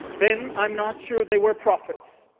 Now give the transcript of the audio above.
then i am not sure they were prophets.